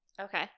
Okay